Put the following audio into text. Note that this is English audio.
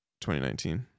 2019